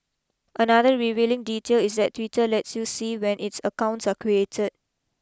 another revealing detail is that Twitter lets you see when its accounts are created